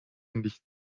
nichts